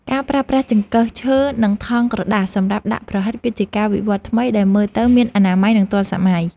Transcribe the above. ការប្រើប្រាស់ចង្កឹះឈើនិងថង់ក្រដាសសម្រាប់ដាក់ប្រហិតគឺជាការវិវត្តថ្មីដែលមើលទៅមានអនាម័យនិងទាន់សម័យ។